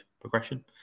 progression